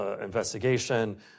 investigation